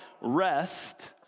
rest